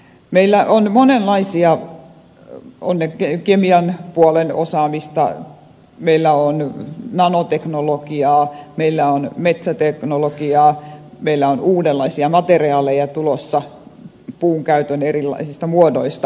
meillä on monenlaisia on kemian puolen osaamista meillä on nanoteknologiaa meillä on metsäteknologiaa meillä on uudenlaisia materiaaleja tulossa puunkäytön erilaisista muodoista